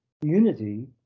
unity